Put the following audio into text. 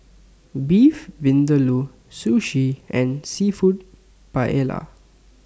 Beef Vindaloo Sushi and Seafood Paella